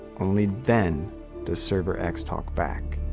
only then does server x talk back.